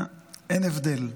אין נשים וגברים?